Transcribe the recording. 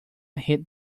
hit